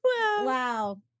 Wow